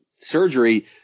surgery